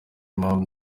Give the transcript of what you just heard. mpamvu